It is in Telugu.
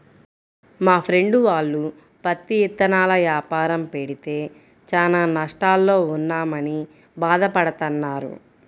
మా ఫ్రెండు వాళ్ళు పత్తి ఇత్తనాల యాపారం పెడితే చానా నష్టాల్లో ఉన్నామని భాధ పడతన్నారు